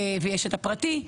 ויש את הפרטי.